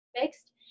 fixed